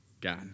God